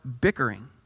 bickering